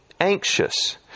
anxious